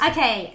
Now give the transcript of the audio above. Okay